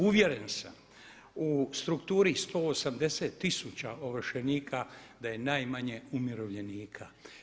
Uvjeren sam u strukturi 180 tisuća ovršenika da je najmanje umirovljenika.